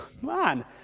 Man